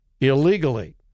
illegally